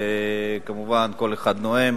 כמובן, כל אחד נואם,